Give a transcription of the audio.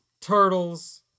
turtles